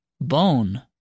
Bone